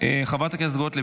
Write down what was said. חברת הכנסת גוטליב,